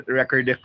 record